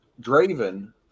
draven